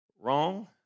wrong